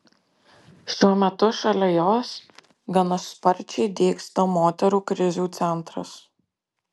šiuo metu šalia jos gana sparčiai dygsta moterų krizių centras